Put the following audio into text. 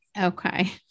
Okay